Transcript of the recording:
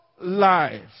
life